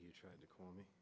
you tried to call me